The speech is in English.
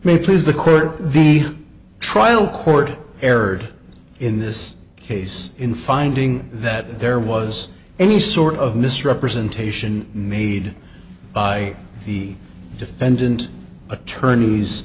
may please the court the trial court erred in this case in finding that there was any sort of misrepresentation made by the defendant attorneys